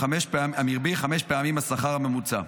חמש פעמים השכר הממוצע.